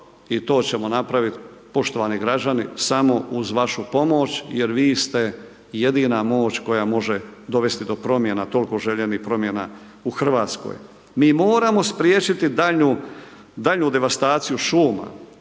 i to ćemo napravit poštovani građani samo uz vašu pomoć jer vi ste jedina moć koja može dovesti do promjena, toliko željenih promjena u Hrvatskoj. Mi moramo spriječiti daljnju, daljnju devastaciju šuma,